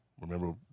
Remember